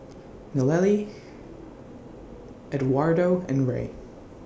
Nallely Edwardo and Rey